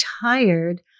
tired